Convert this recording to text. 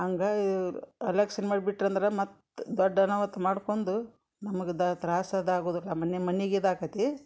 ಹಂಗಾ ಇವ್ರು ಅಲಕ್ಷಿಣ ಮಾಡ್ಬಿಟ್ರು ಅಂದ್ರೆ ಮತ್ತು ದೊಡ್ಡ ಅನಾಹುತ ಮಾಡ್ಕೊಂಡು ನಮ್ಗದು ತ್ರಾಸು ಅದು ಆಗುದು ಮನೆ ಮನೆಗೆ ಇದಾಕತಿ